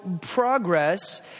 progress